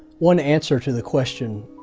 one answer to the question,